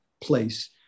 place